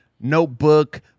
notebook